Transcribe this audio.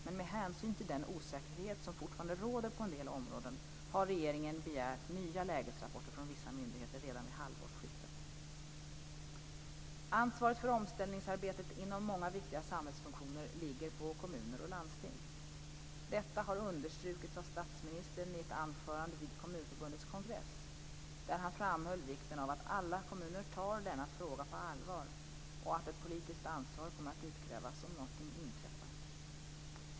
Men med hänsyn till den osäkerhet som fortfarande råder på en del områden har regeringen begärt nya lägesrapporter från vissa myndigheter redan vid halvårsskiftet. Ansvaret för omställningsarbetet inom många viktiga samhällsfunktioner ligger på kommuner och landsting. Detta har understrukits av statsministern i ett anförande vid Kommunförbundets kongress, där han framhöll vikten av att alla kommuner tar denna fråga på allvar och att ett politiskt ansvar kommer att utkrävas om något inträffar.